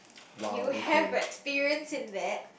you have experience in that